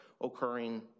occurring